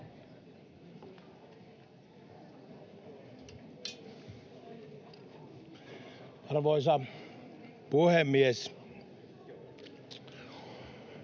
Arvoisa puhemies!